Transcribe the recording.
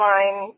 Line